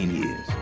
years